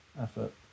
effort